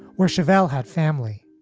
where cheval had family.